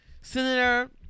Senator